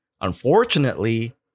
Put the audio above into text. Unfortunately